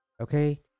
okay